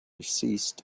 ceased